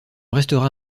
restera